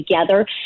together